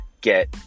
get